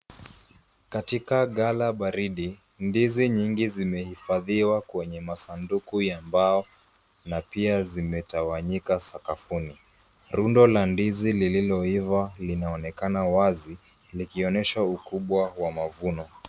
Katika gala baridi, ndizi nyingi zimehifadhiwa kwenye masanduku ya mbao na pia zimetawanyika sakafuni. Rundo la ndizi lililoiva linaonekana wazi likionyesha ukubwa wa mavuno.